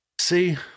See